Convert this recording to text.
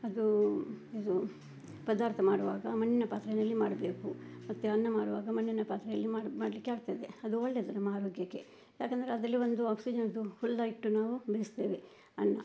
ಅದೂ ಇದು ಪದಾರ್ಥ ಮಾಡುವಾಗ ಮಣ್ಣಿನ ಪಾತ್ರೆಯಲ್ಲಿ ಮಾಡಬೇಕು ಮತ್ತೆ ಅನ್ನ ಮಾಡುವಾಗ ಮಣ್ಣಿನ ಪಾತ್ರೆಯಲ್ಲಿ ಮಾಡು ಮಾಡಲಿಕ್ಕೆ ಆಗ್ತದೆ ಅದು ಒಳ್ಳೆಯದು ನಮ್ಮ ಆರೋಗ್ಯಕ್ಕೆ ಯಾಕೆಂದ್ರೆ ಅದರಲ್ಲಿ ಒಂದು ಆಕ್ಸಿಜನ್ದು ಹುಲ್ಲು ಇಟ್ಟು ನಾವು ಬೇಯಿಸ್ತೇವೆ ಅನ್ನ